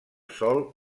sol